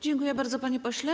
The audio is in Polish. Dziękuję bardzo, panie pośle.